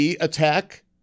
attack